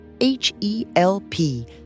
H-E-L-P